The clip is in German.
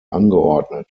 angeordnet